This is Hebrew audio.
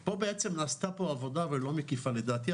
פה בעצם נעשתה פה עבודה לא מושלמת.